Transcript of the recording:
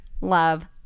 love